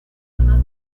conoce